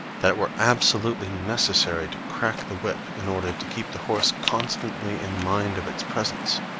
that it were absolutely necessary to crack the whip in order to keep the horse constantly in mind of its presence,